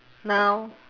now